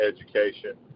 education